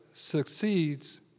succeeds